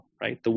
right